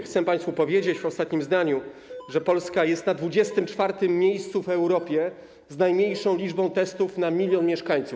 Chcę państwu powiedzieć w ostatnim zdaniu, że Polska jest na 24. miejscu w Europie z najmniejszą liczbą testów na milion mieszkańców.